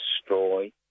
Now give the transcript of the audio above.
destroy